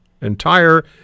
entire